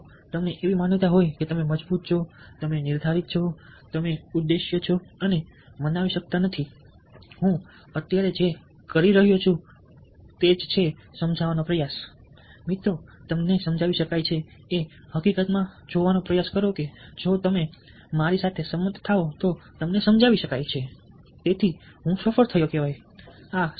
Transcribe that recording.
જો તમને એવી માન્યતા હોય કે તમે મજબૂત છો તમે નિર્ધારિત છો તમે ઉદ્દેશ્ય છો અને મનાવી શકતા નથી હું અત્યારે જે કરી રહ્યો છું તે તમને સમજાવવાનો પ્રયાસ છે કે મિત્રો તમને સમજાવી શકાય છે એ હકીકત મા જોવાનો પ્રયાસ કરો કે જો તમે મારી સાથે સંમત થાઓ તો તમને સમજાવી શકાય છે તો હું સફળ થયો છું